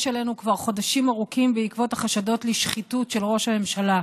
עלינו כבר חודשים ארוכים בעקבות החשדות לשחיתות של ראש הממשלה.